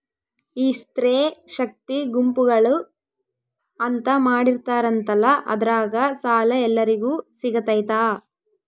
ಈ ಸ್ತ್ರೇ ಶಕ್ತಿ ಗುಂಪುಗಳು ಅಂತ ಮಾಡಿರ್ತಾರಂತಲ ಅದ್ರಾಗ ಸಾಲ ಎಲ್ಲರಿಗೂ ಸಿಗತೈತಾ?